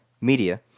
media